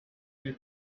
you